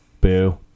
Boo